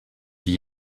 die